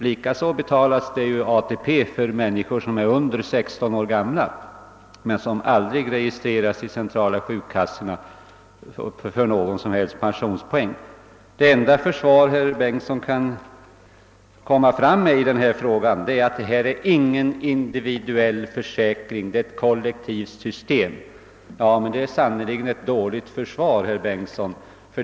På samma sätt betalas ATP-avgifter för personer som är under 16 år men som aldrig i de centrala sjukkassorna registreras för någon som helst pensionspoäng. Det enda försvar herr Bengtsson kan komma med i denna fråga är att det här inte gäller någon individuell försäkring utan ett kollektivt system. Det är sannerligen ett dåligt försvar, herr Bengtsson.